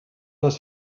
does